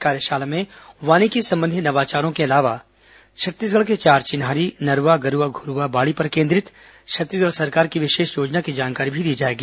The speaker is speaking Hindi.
कार्यशाला में वानिकी संबंधी नवाचारों के अलावा छत्तीसगढ़ के चार चिन्हारी नरवा गरूवा घ्ररूवा बाड़ी पर केंद्रित छत्तीसगढ़ सरकार की विशेष योजना की जानकारी भी दी जाएगी